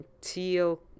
teal